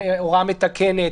שמשתנה.